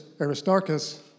Aristarchus